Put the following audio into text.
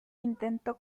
intentó